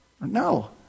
No